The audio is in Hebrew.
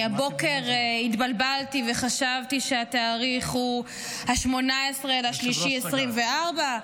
הבוקר התבלבלתי וחשבתי שהתאריך הוא 18 במרץ 2024,